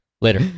Later